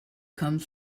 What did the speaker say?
comes